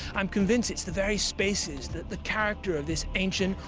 i'm convinced it's the very spaces the the character of this ancient,